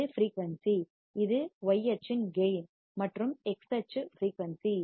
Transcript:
இது ஃபிரீயூன்சி இது y அச்சின் கேயின் மற்றும் x அச்சு ஃபிரீயூன்சி